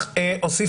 עוד ועוד.